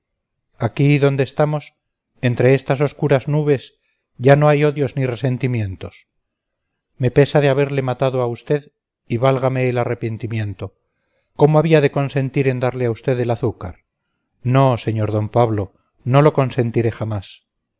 aquí donde estamos entre estas oscuras nubes ya no hay odios ni resentimientos me pesa de haberle matado a usted y válgame el arrepentimiento cómo había de consentir en darle a usted el azúcar no sr d pablo no lo consentiré jamás